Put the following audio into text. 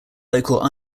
local